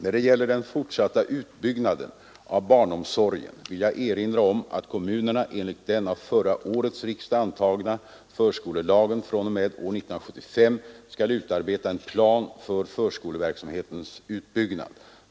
När det gäller den fortsatta utbyggnaden av barnomsorgen vill jag erinra om att kommunerna enligt den av förra årets riksdag antagna förskolelagen fr.o.m. år 1975 skall utarbeta en plan för förskoleverksamhetens utbyggnad.